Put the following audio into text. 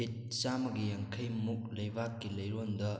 fit ꯆꯥꯝꯃꯒ ꯌꯥꯡꯈꯩꯃꯨꯛ ꯂꯩꯕꯥꯛꯀꯤ ꯃꯔꯣꯜꯗ